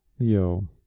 Leo